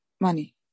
money